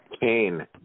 Kane